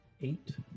eight